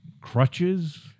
crutches